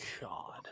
God